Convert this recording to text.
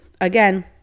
again